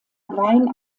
wein